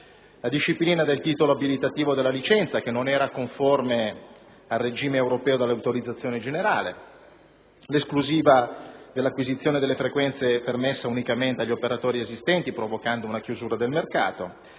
La disciplina del titolo abilitativo della licenza, che non era conforme al regime europeo dell'autorizzazione generale, l'esclusiva dell'acquisizione delle frequenze permessa unicamente agli operatori esistenti provocando una chiusura del mercato;